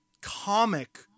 comic